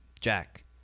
Jack